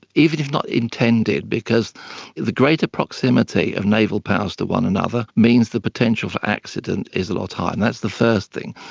even if not intended, because the greater proximity of naval powers to one another means the potential for accident is a lot higher, and that's the first thing.